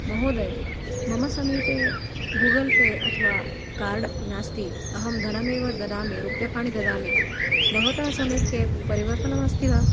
महोदय मम समीपे गूगल् पे अथवा कार्ड् नास्ति अहं धनमेव ददामि रूप्यकाणि ददामि भवतः समीपे परिवर्तनमस्ति वा